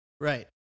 Right